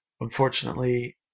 Unfortunately